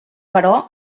però